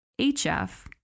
HF